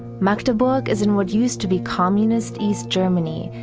magdeburg is in what used to be communist east germany,